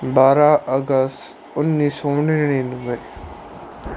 ਬਾਰਾਂ ਅਗਸਤ ਉੱਨੀ ਸੌ ਨੜ੍ਹਿਨਵੇਂ